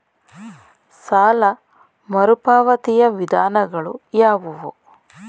ಸಾಲ ಮರುಪಾವತಿಯ ವಿಧಾನಗಳು ಯಾವುವು?